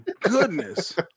goodness